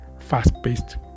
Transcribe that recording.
Fast-paced